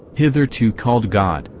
hitherto called god,